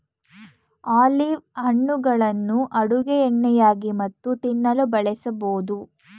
olive ಹಣ್ಣುಗಳನ್ನು ಅಡುಗೆ ಎಣ್ಣೆಯಾಗಿ ಮತ್ತು ತಿನ್ನಲು ಬಳಸಬೋದು